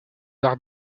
arts